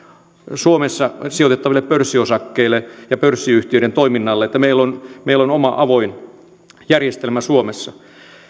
suomessa sijoitettaville pörssiosakkeille ja pörssiyhtiöiden toiminnalle niin että meillä on meillä on oma avoin järjestelmä suomessa